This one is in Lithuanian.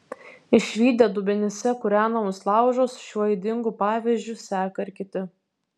išvydę dubenyse kūrenamus laužus šiuo ydingu pavyzdžiu seka ir kiti